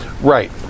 Right